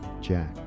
Jack